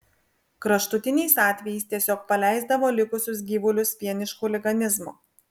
kraštutiniais atvejais tiesiog paleisdavo likusius gyvulius vien iš chuliganizmo